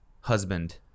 husband